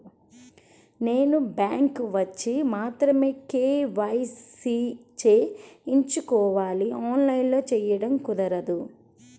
నేను బ్యాంక్ వచ్చి మాత్రమే కే.వై.సి చేయించుకోవాలా? ఆన్లైన్లో చేయటం కుదరదా?